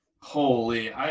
holy